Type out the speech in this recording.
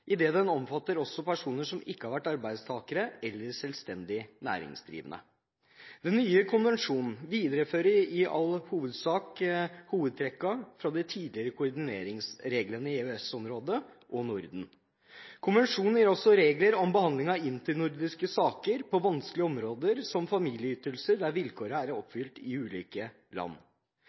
personkrets, idet den også omfatter personer som ikke har vært arbeidstakere eller selvstendig næringsdrivende. Den nye konvensjonen viderefører i all hovedsak hovedtrekkene fra de tidligere koordineringsreglene i EØS-området og Norden. Konvensjonen gir også regler om behandlingen av internordiske saker på vanskelige områder som familieytelser der vilkårene er oppfylt i ulike land.